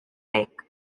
lake